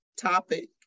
topic